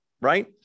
right